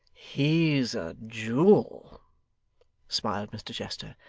he's a jewel smiled mr chester,